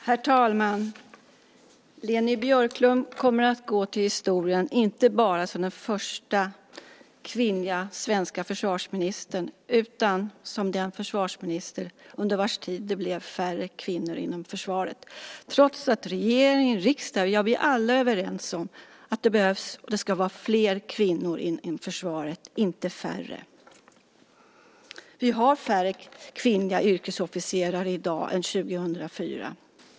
Herr talman! Leni Björklund kommer att gå till historien inte bara som den första kvinnliga svenska försvarsministern utan också som den försvarsminister under vars tid det blev färre kvinnor inom försvaret. Det har skett trots att regering och riksdag - ja, alla - är överens om att det ska finnas fler kvinnor i försvaret, inte färre. Vi har färre kvinnliga yrkesofficerare i dag än 2004.